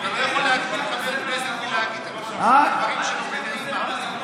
אתה לא יכול להגביל חבר כנסת מלהגיד את הדברים שלו בנעימה.